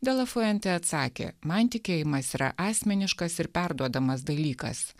de la fuente atsakė man tikėjimas yra asmeniškas ir perduodamas dalykas